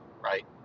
right